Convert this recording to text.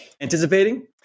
anticipating